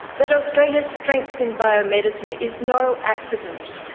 that australia's strength in biomedicine is no accident.